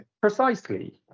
Precisely